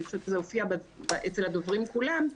אני חושבת שזה הופיע אצל הדוברים כולם.